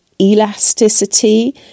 elasticity